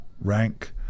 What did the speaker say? rank